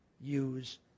Use